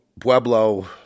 Pueblo